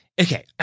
Okay